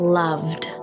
loved